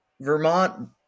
Vermont